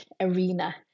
arena